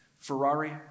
Ferrari